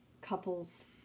couples